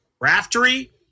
Raftery